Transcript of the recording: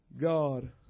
God